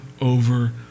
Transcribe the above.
over